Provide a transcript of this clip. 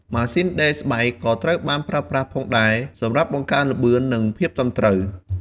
ម៉ាស៊ីនដេរស្បែកក៏ត្រូវបានប្រើប្រាស់ផងដែរសម្រាប់បង្កើនល្បឿន និងភាពត្រឹមត្រូវ។